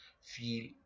feel